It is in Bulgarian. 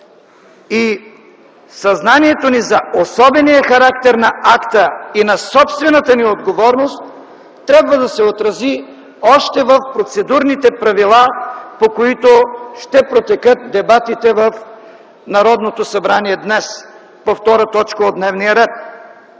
И съзнанието ни за особения характер на акта и на собствената ни отговорност трябва да се отрази още в процедурните правила, по които ще протекат дебатите в Народното събрание днес по втора точка от дневния ред.